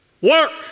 Work